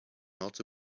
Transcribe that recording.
also